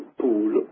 pool